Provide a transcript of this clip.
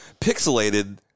pixelated